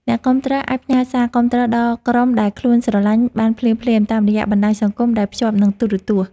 អ្នកគាំទ្រអាចផ្ញើសារគាំទ្រដល់ក្រុមដែលខ្លួនស្រឡាញ់បានភ្លាមៗតាមរយៈបណ្តាញសង្គមដែលភ្ជាប់នឹងទូរទស្សន៍។